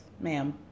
ma'am